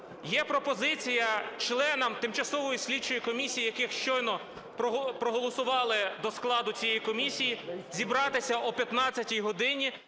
є пропозиція членам Тимчасової слідчої комісії, яких щойно проголосували до складу цієї комісії, зібратися о 15 годині